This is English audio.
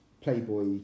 Playboy